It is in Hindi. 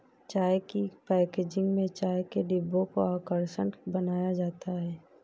चाय की पैकेजिंग में चाय के डिब्बों को आकर्षक बनाया जाता है